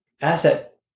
asset